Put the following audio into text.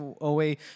away